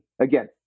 again